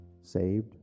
saved